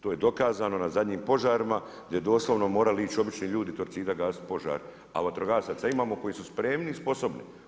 To je dokazano na zadnjim požarima, gdje su doslovno morali ići obični ljudi, Torcida, gasit požar, a vatrogasaca imamo koji su spremni i sposobni.